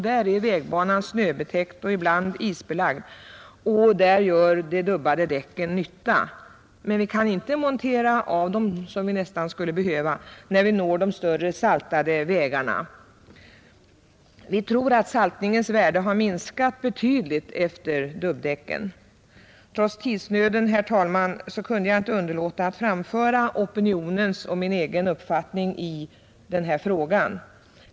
Där är vägbanan snöbetäckt och ibland isbelagd och där gör de dubbade däcken nytta. Men vi kan inte montera av dem — som vi nästan skulle behöva göra — när vi når de större saltade vägarna. Vi tror att saltningens värde har minskat betydligt efter dubbdäckens tillkomst. Trots tidsnöden, herr talman, kunde jag inte underlåta att framföra opinionens och min egen uppfattning i denna fråga.